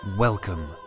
Welcome